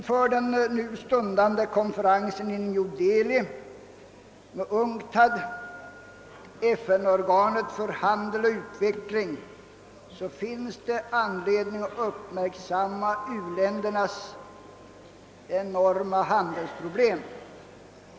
Inför den stundande konferensen i New Delhi med UNCTAD — FN-organet för handel och utveckling — är det anledning att uppmärksamma u-ländernas enorma handelsproblem.